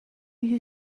you